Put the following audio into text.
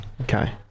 Okay